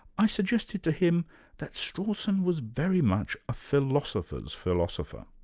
i suggested to him that strawson was very much a philosopher's philosopher.